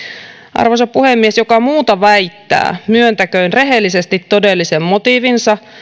arvoisa puhemies joka muuta väittää myöntäköön rehellisesti todellisen motiivinsa